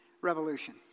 revolution